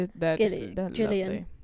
gillian